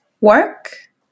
work